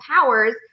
powers